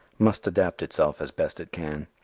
must adapt itself as best it can.